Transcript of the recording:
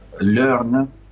learn